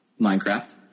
Minecraft